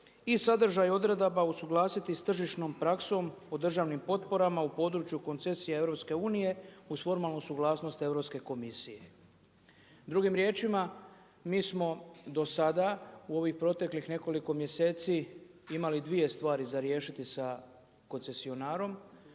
i sadržaj odredaba usuglasiti s tržišnom praksom o državnim potporama u području koncesija EU uz formalnu suglasnost Europske komisije. Drugim riječima, mi smo do sada u ovih proteklih nekoliko mjeseci imali dvije stvari za riješiti sa koncesionarom.